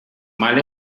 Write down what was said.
mal